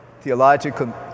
theological